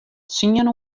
tsien